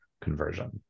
conversion